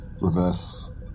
reverse